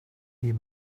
you